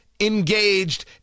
engaged